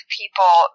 people